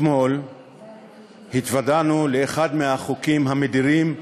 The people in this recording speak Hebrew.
אתמול התוודענו לאחד מהחוקים המדירים,